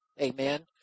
Amen